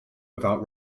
without